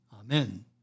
Amen